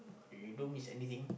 you don't miss anything